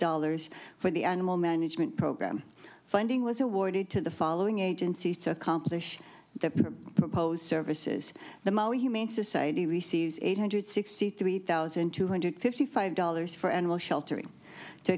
dollars for the animal management program funding was awarded to the following agencies to accomplish the proposed services the most humane society receives eight hundred sixty three thousand two hundred fifty five dollars for animal shelter to